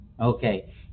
Okay